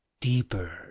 deeper